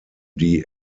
die